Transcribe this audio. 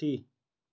पक्षी